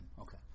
Okay